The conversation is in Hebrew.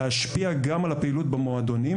להשפיע גם על הפעילות במועדונים,